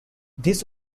this